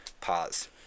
Pause